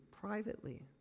privately